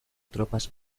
tropas